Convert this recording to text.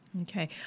Okay